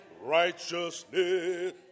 righteousness